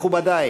מכובדי,